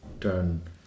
turn